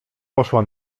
poszła